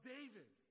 David